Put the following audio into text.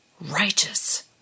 righteous